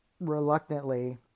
reluctantly